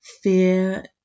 fear